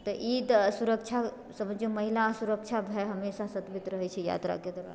तऽ ई तऽ सुरक्षा समझिऔ महिला सुरक्षा भय हमेशा सतबैत रहैत छै यात्राके दौड़ान